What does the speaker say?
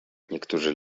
niektórzy